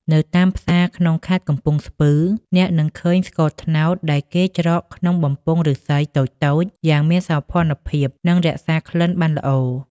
នៅតាមផ្សារក្នុងខេត្តកំពង់ស្ពឺ អ្នកនឹងឃើញស្ករត្នោតដែលគេច្រកក្នុងបំពង់ឫស្សីតូចៗយ៉ាងមានសោភ័ណភាព និងរក្សាក្លិនបានល្អ។